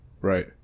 right